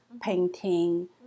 painting